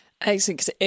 excellent